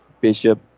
Bishop